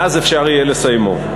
ואז אפשר יהיה לסיימו.